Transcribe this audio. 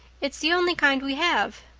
it's the only kind we have.